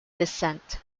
descent